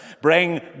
bring